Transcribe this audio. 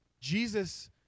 Jesus